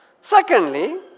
Secondly